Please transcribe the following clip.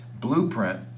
blueprint